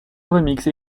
remixes